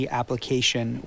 application